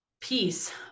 peace